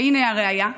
והינה הראיה.